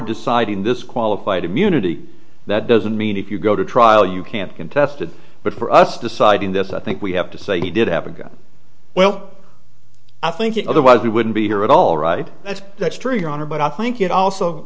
deciding this qualified immunity that doesn't mean if you go to trial you can't contested but for us deciding this i think we have to say he did have a gun well i think otherwise he wouldn't be here at all right that's that's true your honor but i think it also